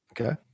Okay